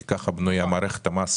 כי ככה בנויה מערכת המס